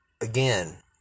Again